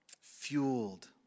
fueled